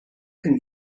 can